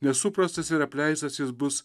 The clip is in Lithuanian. nesuprastas ir apleistas jis bus